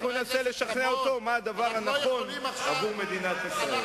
אנחנו ננסה לשכנע אותו מה הדבר הנכון עבור מדינת ישראל.